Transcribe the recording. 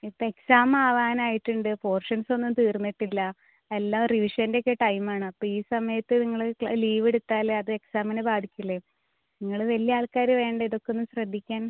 ഇപ്പോൾ എക്സാം ആവാനായിട്ടുണ്ട് പോർഷൻസൊന്നും തീർന്നിട്ടില്ല എല്ലാ റിവിഷൻ്റെയൊക്കെ ടൈമാണ് അപ്പോൾ ഈ സമയത്ത് നിങ്ങൾ ലീവെടുത്താൽ അത് എക്സാമിനെ ബാധിക്കില്ലേ നിങ്ങൾ വലിയ ആൾക്കാർ വേണ്ടേ ഇതൊക്കെയൊന്ന് ശ്രദ്ധിക്കാൻ